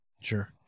Sure